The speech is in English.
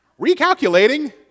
Recalculating